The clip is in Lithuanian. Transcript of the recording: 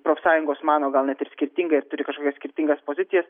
profsąjungos mano gal net ir skirtingai ir turi kažkokias skirtingas pozicijas